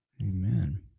Amen